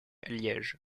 liège